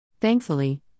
Thankfully